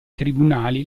tribunali